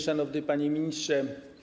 Szanowny Panie Ministrze!